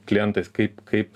klientais kaip kaip